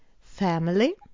Family